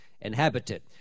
inhabited